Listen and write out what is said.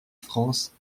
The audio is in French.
france